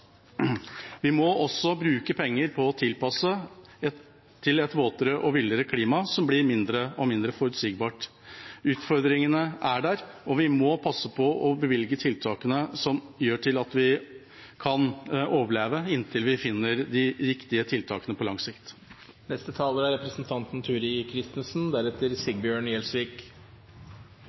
Vi må også bruke penger på å tilpasse oss til et våtere og villere klima som blir mindre og mindre forutsigbart. Utfordringene er der, og vi må passe på å bevilge til tiltakene som gjør at vi kan overleve inntil vi finner de riktige tiltakene på lang sikt. Ikke alt er